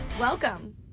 welcome